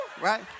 right